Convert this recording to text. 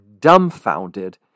dumbfounded